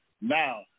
Now